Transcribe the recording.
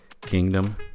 Kingdom